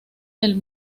del